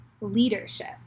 leadership